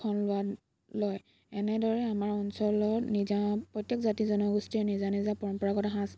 খন লোৱা লয় এনেদৰে আমাৰ অঞ্চলৰ নিজা প্ৰত্যেক জাতি জনগোষ্ঠীৰে নিজা নিজা পৰম্পৰাগত সাজপাৰ